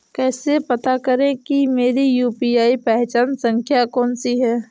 कैसे पता करें कि मेरी यू.पी.आई पहचान संख्या कौनसी है?